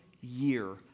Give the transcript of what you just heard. year